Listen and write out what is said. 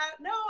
No